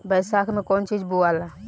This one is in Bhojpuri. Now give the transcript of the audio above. बैसाख मे कौन चीज बोवाला?